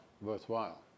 worthwhile